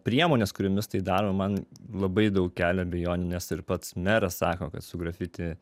priemonės kuriomis tai daro man labai daug kelia abejonių nes ir pats meras sako kad su grafiti